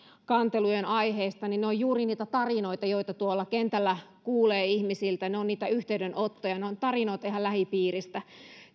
kantelujen aiheista niin ne ovat juuri niitä tarinoita joita tuolla kentällä kuulee ihmisiltä ne ovat niitä yhteydenottoja ne ovat tarinoita ihan lähipiiristä